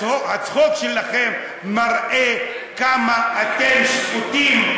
הצחוק שלכם מראה כמה אתם שפוטים,